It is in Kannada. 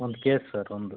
ಒಂದು ಕೇಸ್ ಸರ್ ಒಂದು